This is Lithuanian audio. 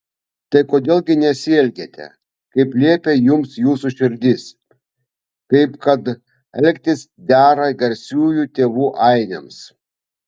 tai kodėl gi nesielgiate kaip liepia jums jūsų širdys kaip kad elgtis dera garsiųjų tėvų ainiams